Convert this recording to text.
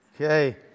Okay